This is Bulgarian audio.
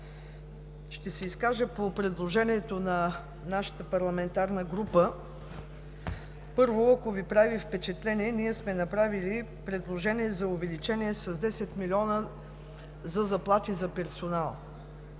Ще се изкажа по предложението на нашата парламентарна група. Първо, ако Ви прави впечатление, ние сме внесли предложение за увеличение с 10 млн. лв. за заплати на персонала.